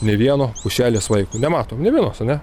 nė vieno pušelės vaiko nematom nė vienos ar ne